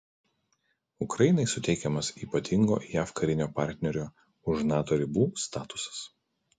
ukrainai suteikiamas ypatingo jav karinio partnerio už nato ribų statusas